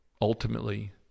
ultimately